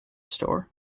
store